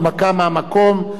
הנמקה מהמקום.